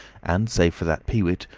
and, save for that peewit,